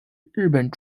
日本